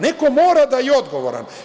Neko mora da je odgovoran.